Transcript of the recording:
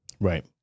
Right